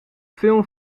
film